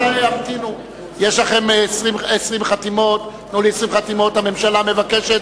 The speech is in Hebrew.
יש לך 20 חתימות, תנו לי 20 חתימות, הממשלה מבקשת.